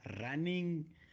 running